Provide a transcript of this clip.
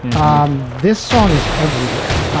um this song is everywhere.